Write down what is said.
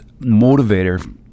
motivator